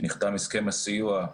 כשנחתם הסכם הסיוע.